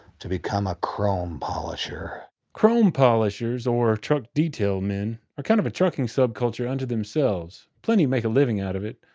to become a chrome polisher. chrome polishers, or truck detail men, are kind of a trucking subculture unto themselves. plenty make a living out it,